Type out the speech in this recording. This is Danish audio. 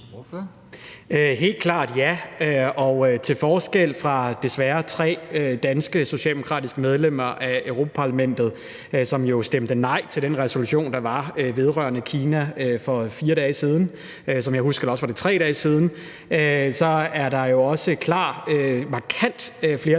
Helt klart ja, og til forskel fra tre danske socialdemokratiske medlemmer af Europa-Parlamentet, som jo desværre stemte nej til den resolution, der var vedrørende Kina for 4 dage siden, som jeg husker det, eller også var det 3 dage siden, så er der jo et klart og markant flertal